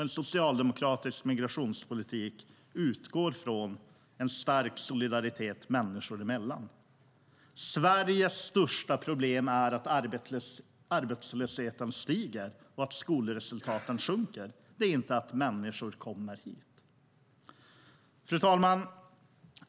En socialdemokratisk migrationspolitik utgår från en stark solidaritet människor emellan. Sveriges största problem är att arbetslösheten stiger och skolresultaten sjunker, inte att människor kommer hit. Fru talman!